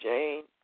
Jane